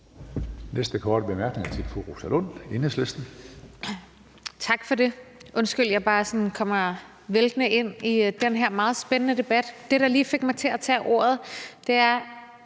næste korte bemærkning er til fru Rosa Lund, Enhedslisten. Kl. 13:12 Rosa Lund (EL): Tak for det. Undskyld, at jeg bare sådan kommer væltende ind i den her meget spændende debat. Det, der lige fik mig til at tage ordet, handler